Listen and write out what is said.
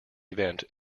event